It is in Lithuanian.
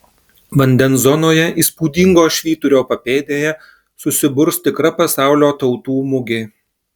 vandens zonoje įspūdingo švyturio papėdėje susiburs tikra pasaulio tautų mugė